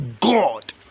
God